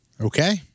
Okay